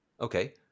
Okay